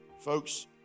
Folks